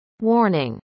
Warning